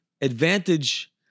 advantage